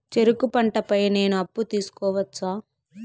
చెరుకు పంట పై నేను అప్పు తీసుకోవచ్చా?